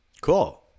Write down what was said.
Cool